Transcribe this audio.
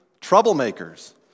troublemakers